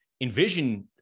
envision